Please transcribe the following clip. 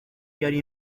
yari